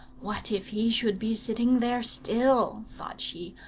what if he should be sitting there still thought she,